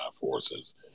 forces